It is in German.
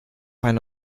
eine